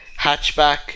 hatchback